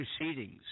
proceedings –